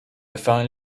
found